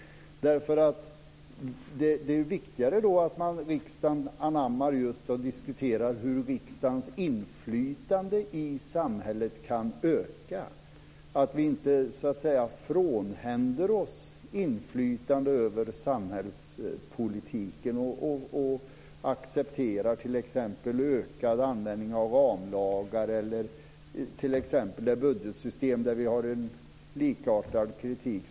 Det är viktigare att riksdagen diskuterar hur riksdagens inflytande i samhället kan öka. Vi ska inte frånhända oss inflytande över samhällspolitiken och t.ex. acceptera ökad användning av ramlagar eller t.ex. det budgetsystem vi har. Där har vi en likartad kritik.